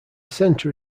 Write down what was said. centre